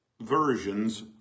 versions